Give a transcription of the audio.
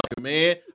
man